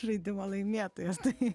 žaidimo laimėtojas tai